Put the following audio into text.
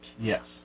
Yes